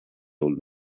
old